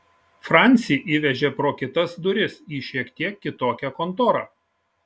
francį įvežė pro kitas duris į šiek tiek kitokią kontorą